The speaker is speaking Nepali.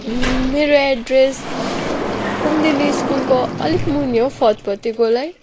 मेरो एड्रेस कुमुदिनी स्कुलको अलिक मुनि हौ फतफते गोलाई